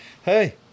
hey